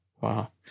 wow